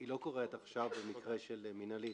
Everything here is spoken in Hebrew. היא לא קורת עכשיו במקרה של מנהלית,